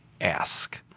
ask